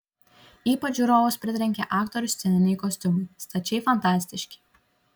ypač žiūrovus pritrenkė aktorių sceniniai kostiumai stačiai fantastiški